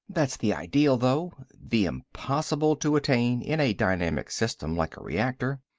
that's the ideal, though, the impossible to attain in a dynamic system like a reactor.